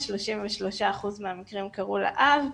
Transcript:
33% מהמקרים קרו לאב.